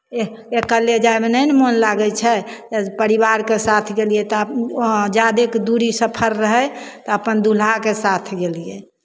एह अकेले जायमे नहि ने मोन लागै छै परिवारके साथ गेलियै तऽ वहाँ जादेके दूरी सफर रहय तऽ अपन दुल्हाके साथ गेलियै